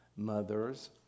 mothers